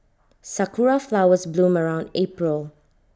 Sakura Flowers bloom around April